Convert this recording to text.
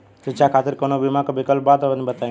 शिक्षा खातिर कौनो बीमा क विक्लप बा तनि बताई?